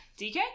DK